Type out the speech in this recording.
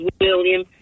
William